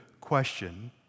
question